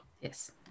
Yes